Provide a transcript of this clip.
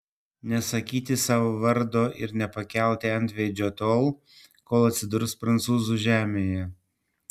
nesakyti savo vardo ir nepakelti antveidžio tol kol atsidurs prancūzų žemėje